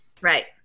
Right